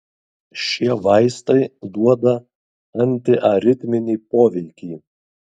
šie vaistai duoda antiaritminį poveikį